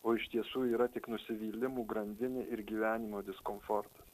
o iš tiesų yra tik nusivylimų grandinė ir gyvenimo diskomfortas